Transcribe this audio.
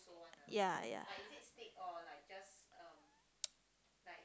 ya ya